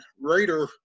Raider